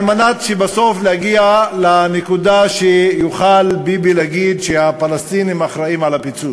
מנת בסוף להגיע לנקודה שביבי יוכל להגיד שהפלסטינים אחראים לפיצוץ.